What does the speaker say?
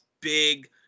big